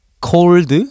Cold